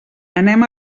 anem